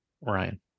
Ryan